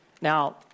Now